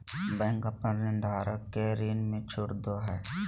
bank अपन ऋणधारक के ऋण में छुट दो हइ